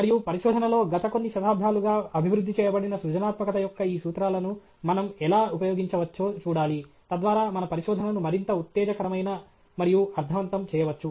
మరియు పరిశోధనలో గత కొన్ని శతాబ్దాలుగా అభివృద్ధి చేయబడిన సృజనాత్మకత యొక్క ఈ సూత్రాలను మనం ఎలా ఉపయోగించవచ్చో చూడాలి తద్వారా మన పరిశోధనను మరింత ఉత్తేజకరమైన మరియు అర్ధవంతం చేయవచ్చు